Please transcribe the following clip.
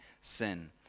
sin